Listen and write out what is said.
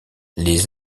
les